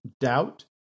doubt